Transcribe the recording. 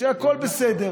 והתרבות.